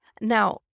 Now